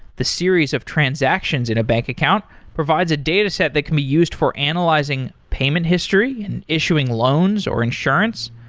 the series of transactions in a bank account provides a data set that can be used for analyzing payment history and issuing loans or insurance,